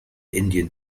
indian